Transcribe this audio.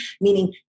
meaning